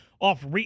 off